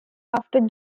after